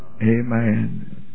Amen